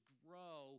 grow